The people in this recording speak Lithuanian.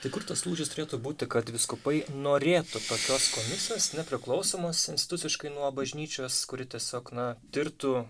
tai kur tas lūžis turėtų būti kad vyskupai norėtų tokios komisijos nepriklausomos instituciškai nuo bažnyčios kuri tiesiog na tirtų